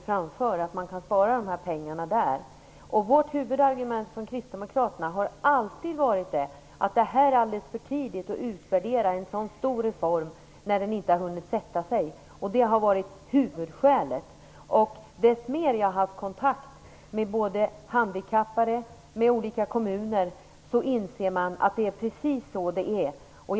Fru talman!